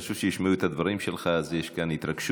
חשוב שישמעו את הדברים שלך, אז יש כאן התרגשות.